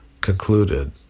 concluded